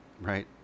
right